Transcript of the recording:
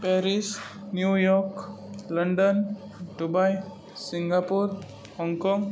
Paris New York London Dubai Singapore Hong Kong